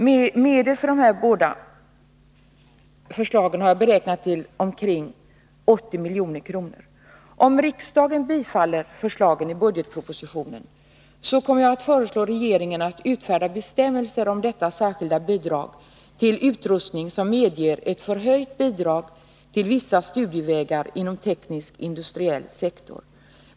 Kostnaderna härför har jag beräknat till omkring 80 milj.kr. Om riksdagen bifaller förslaget i budgetpropositionen, kommer jag att föreslå regeringen att utfärda bestämmelser om detta särskilda bidrag till utrustning som medger ett förhöjt bidrag till vissa studievägar inom teknisk-industriell sektor.